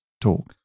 talk